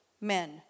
men